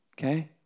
Okay